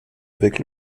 avec